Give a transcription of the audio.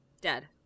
Dead